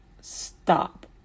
Stop